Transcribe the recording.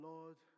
Lord